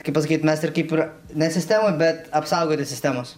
kaip pasakyt mes ir kaip ir ne sistemoj bet apsaugoti sistemos